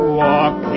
walk